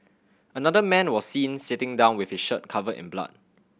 another man was seen sitting down with his shirt covered in blood